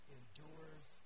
endures